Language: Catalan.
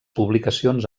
publicacions